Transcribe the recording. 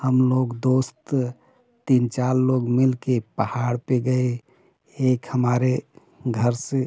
हम लोग दोस्त तीन चार लोग मिल के पहाड़ पे गए एक हमारे घर से